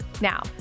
Now